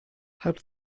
help